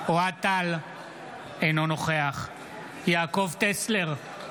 אינו נוכח יעקב טסלר,